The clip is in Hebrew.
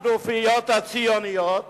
הכנופיות הציוניות